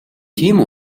тийм